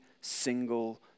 single